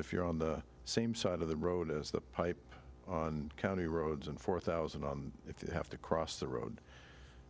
if you're on the same side of the road as the pipe on county roads and four thousand if you have to cross the road